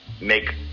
make